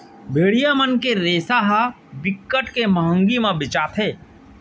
भेड़िया मन के रेसा ह बिकट के मंहगी म बेचाथे